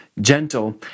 gentle